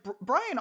Brian